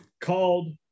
called